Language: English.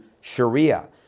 Sharia